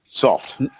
soft